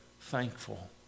thankful